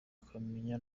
akamenya